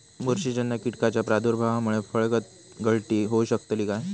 बुरशीजन्य कीटकाच्या प्रादुर्भावामूळे फळगळती होऊ शकतली काय?